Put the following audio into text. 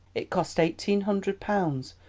it cost eighteen hundred pounds,